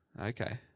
okay